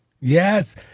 Yes